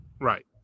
Right